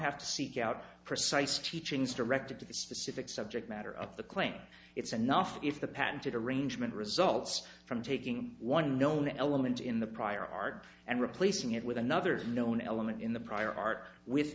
have to seek out precise teachings directed to the specific subject matter of the claim its enough if the patented arrangement results from taking one known element in the prior art and replacing it with another known element in the prior art with